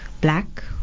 black